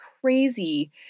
crazy